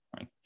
right